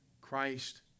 Christ